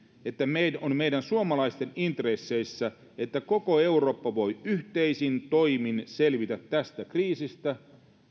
että on meidän suomalaisten intresseissä että koko eurooppa voi yhteisin toimin selvitä tästä kriisistä